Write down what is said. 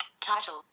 Title